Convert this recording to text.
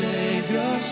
Savior